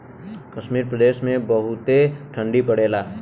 कश्मीर प्रदेस मे बहुते ठंडी पड़ेला